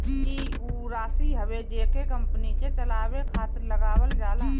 ई ऊ राशी हवे जेके कंपनी के चलावे खातिर लगावल जाला